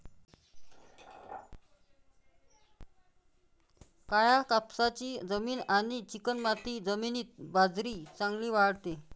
काळ्या कापसाची जमीन आणि चिकणमाती जमिनीत बाजरी चांगली वाढते